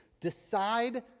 Decide